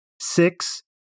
Six